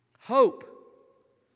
Hope